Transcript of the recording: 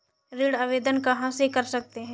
ऋण आवेदन कहां से कर सकते हैं?